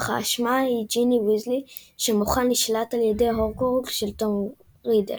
אך האשמה היא ג'יני ויזלי שמוחה נשלט על ידי הורקרוקס של טום רידל.